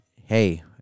hey